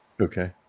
Okay